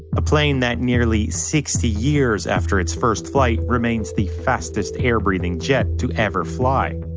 a plane that nearly sixty years after its first flight, remains the fastest air-breathing jet to ever fly.